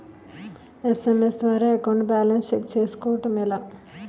SMS ద్వారా account balance check చేసుకోవటం ఎలా?